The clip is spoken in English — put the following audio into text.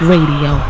Radio